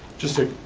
just a